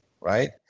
right